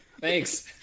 Thanks